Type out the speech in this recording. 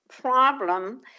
problem